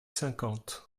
cinquante